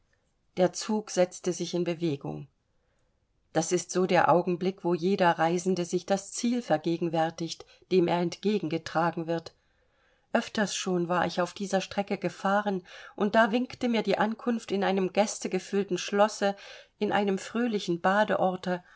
der zug setzte sich in bewegung das ist so der augenblick wo jeder reisende sich das ziel vergegenwärtigt dem er entgegengetragen wird öfters schon war ich auf dieser strecke gefahren und da winkte mir die ankunft in einem gästegefüllten schlosse in einem fröhlichen badeorte